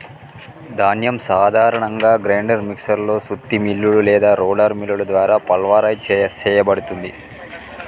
ధాన్యం సాధారణంగా grinder mixer లో సుత్తి మిల్లులు లేదా రోలర్ మిల్లుల ద్వారా పల్వరైజ్ సేయబడుతుంది